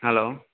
hello